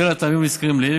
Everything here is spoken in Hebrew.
בשל הטעמים הנזכרים לעיל,